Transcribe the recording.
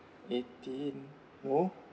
eighteen no